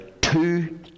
two